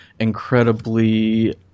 Incredibly